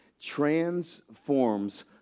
transforms